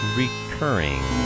recurring